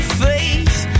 face